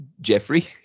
Jeffrey